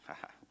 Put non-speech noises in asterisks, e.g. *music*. *laughs*